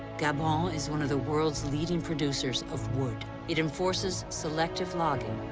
gabon is one of the world's leading producers of wood. it enforces selective logging.